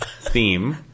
theme